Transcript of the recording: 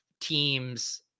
teams